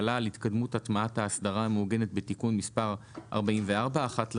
הכלכלה על התקדמות הטמעת ההסדרה המעוגנת בתיקון מספר 44 אחת לרבעון'.